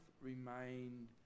remained